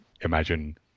imagine